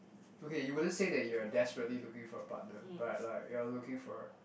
okay you wouldn't say that you are desperately looking for a partner but like you are looking for